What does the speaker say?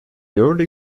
early